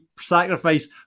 sacrifice